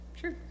sure